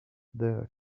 their